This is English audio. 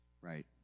Right